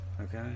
Okay